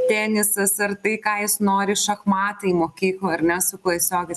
tenisas ar tai ką jis nori šachmatai mokykloj ar ne su klasiokais